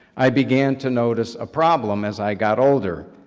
i began to notice a problem as i got older,